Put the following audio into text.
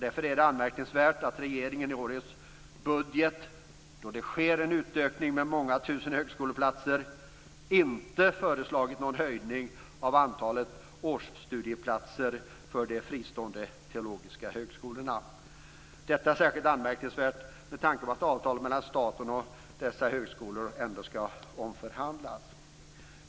Därför är det anmärkningsvärt att regeringen i årets budget, då det sker en utökning med många tusen högskoleplatser, inte föreslagit någon höjning av antalet årsstudieplatser för de fristående teologiska högskolorna. Detta är särskilt anmärkningsvärt med tanke på att avtalet mellan staten och dessa högskolor ändå skall omförhandlas.